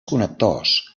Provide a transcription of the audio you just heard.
connectors